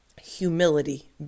humility